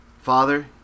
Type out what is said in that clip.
Father